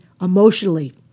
emotionally